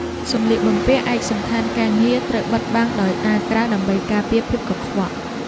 សម្លៀកបំពាក់ឯកសណ្ឋានការងារត្រូវបិទបាំងដោយអាវក្រៅដើម្បីការពារភាពកខ្វក់។